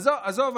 עזוב,